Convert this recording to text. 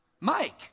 Mike